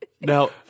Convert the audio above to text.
Now